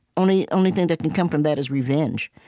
only only thing that can come from that is revenge,